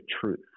truth